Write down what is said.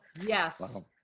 yes